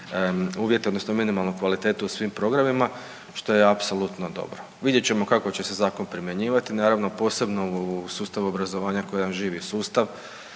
uvjete odnosno minimalnu kvalitetu u svim programima, što je apsolutno dobro. Vidjet ćemo kako će se zakon primjenjivati, naravno posebno u sustavu obrazovanja …/Govornik se ne razumije/…sustav,